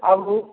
आबू